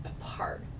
apart